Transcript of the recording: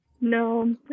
No